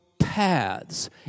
paths